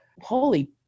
holy